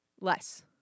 Less